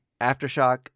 Aftershock